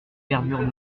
verdures